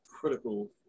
critical